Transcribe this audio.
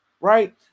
right